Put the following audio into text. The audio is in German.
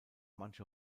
manche